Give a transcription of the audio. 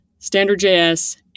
StandardJS